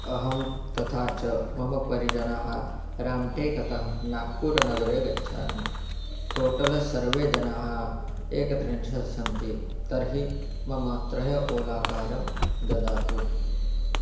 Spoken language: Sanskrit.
अहं तथा च मम परिजनः रामटेकतः नागपुरनगरं गच्छामि टोटल सर्वे जनाः एकत्रिंशत् सन्ति तर्हि मम त्रयः ओलाकारं ददातु